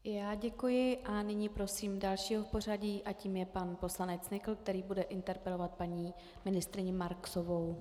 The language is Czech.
I já děkuji a nyní prosím dalšího v pořadí a tím je pan poslanec Nykl, který bude interpelovat paní ministryni Marksovou.